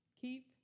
keep